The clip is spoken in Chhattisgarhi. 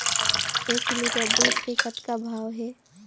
एक लिटर दूध के कतका भाव हे?